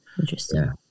Interesting